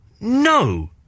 No